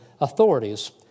authorities